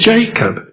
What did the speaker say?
Jacob